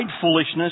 foolishness